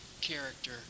character